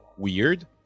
Weird